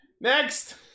Next